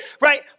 right